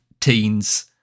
teens